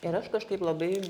ir aš kažkaip labai